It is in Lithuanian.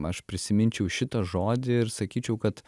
aš prisiminčiau šitą žodį ir sakyčiau kad